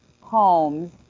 homes